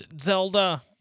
Zelda